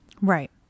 Right